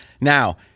Now